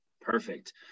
Perfect